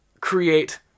create